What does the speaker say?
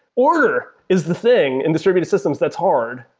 order is the thing in distributed systems that's hard.